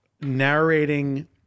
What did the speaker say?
narrating